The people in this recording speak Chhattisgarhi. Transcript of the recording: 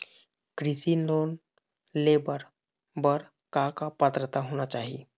कृषि लोन ले बर बर का का पात्रता होना चाही?